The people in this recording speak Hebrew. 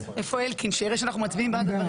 בעד?